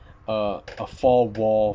uh a four walled